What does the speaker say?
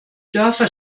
dörfer